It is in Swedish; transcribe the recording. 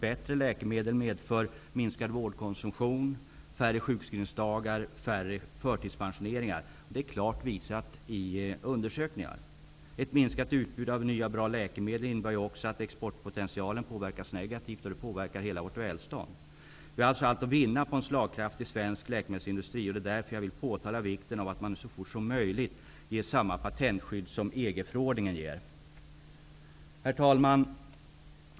Bättre läkemedel medför minskad vårdkonsumtion, färre sjukskrivningsdagar och färre förtidspensioneringar. Det här har klart visats i undersökningar. Ett minskat utbud av nya och bra läkemedel innebär också att exportpotentialen påverkas negativt och därmed hela landets välstånd. Vi har alltså allt att vinna på att ha en slagkraftig svensk läkemedelsindustri. Det är därför jag vill påtala vikten av att nu, så fort som möjligt, införa samma patentskydd som EG-förordningen ger. Herr talman!